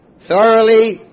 Thoroughly